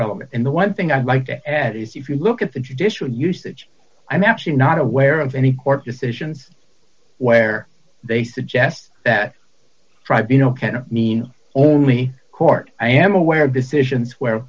relevant and the one thing i'd like to add is if you look at the judicial usage i'm actually not aware of any court decisions where they suggest that tribe you know can i mean only court i am aware of decisions where